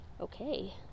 okay